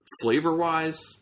flavor-wise